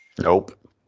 Nope